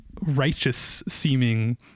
righteous-seeming